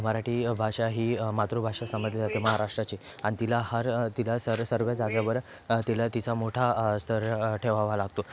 मराठी भाषा ही मातृभाषा समजली जाते महाराष्ट्राची आणि तिला हर तिला सर सर्व जागेवर तिला तिचा मोठा स्तर ठेवावा लागतो